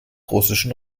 russischen